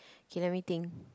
okay let me think